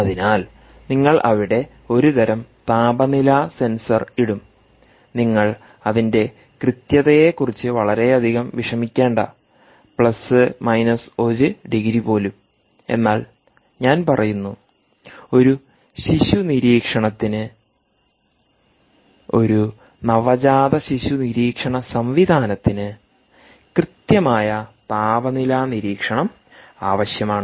അതിനാൽ നിങ്ങൾ അവിടെ ഒരു തരം താപനില സെൻസർ ഇടും നിങ്ങൾ അതിന്റെ കൃത്യതയക്കുറിച്ച് വളരെയധികം വിഷമിക്കേണ്ട 1 ഡിഗ്രി പോലും എന്നാൽ ഞാൻ പറയുന്നു ഒരു ശിശു നിരീക്ഷണത്തിന്ഒരു നവജാതശിശു നിരീക്ഷണ സംവിധാനത്തിന് കൃത്യമായ താപനില നിരീക്ഷണം ആവശ്യമാണ്